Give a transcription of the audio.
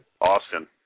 Austin